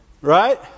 Right